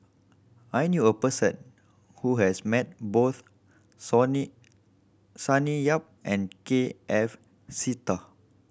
I knew a person who has met both Sony Sonny Yap and K F Seetoh